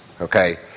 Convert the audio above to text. okay